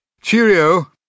Cheerio